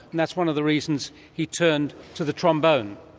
and that's one of the reasons he turned to the trombone.